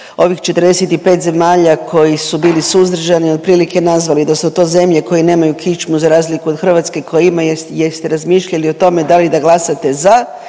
ovih 45 zemalja koje su bili suzdržani otprilike nazvali da su to zemlje koje nemaju kičmu za razliku od Hrvatske koja ima, jeste razmišljali o tome da li da glasate za